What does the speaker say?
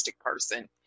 person